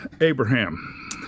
Abraham